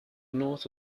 north